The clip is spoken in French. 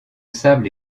sable